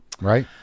right